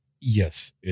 Yes